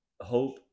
Hope